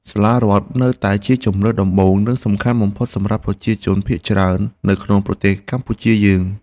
សាលារដ្ឋនៅតែជាជម្រើសដំបូងនិងសំខាន់បំផុតសម្រាប់ប្រជាជនភាគច្រើននៅក្នុងប្រទេសកម្ពុជាយើង។